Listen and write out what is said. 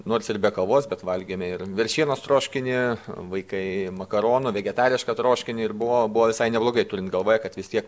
nors ir be kovos bet valgėme ir veršienos troškinį vaikai makaronų vegetarišką troškinį ir buvo buvo visai neblogai turint galvoje kad vis tiek